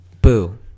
Boo